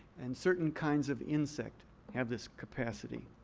and certain kinds of insect have this capacity.